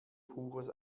pures